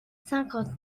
cinquante